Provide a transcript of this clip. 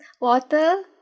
water